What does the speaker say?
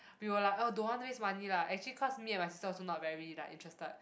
we were like oh don't want waste money lah actually cause me and my sister also not very like interested